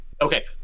Okay